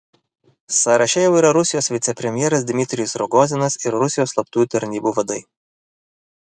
sąraše jau yra rusijos vicepremjeras dmitrijus rogozinas ir rusijos slaptųjų tarnybų vadai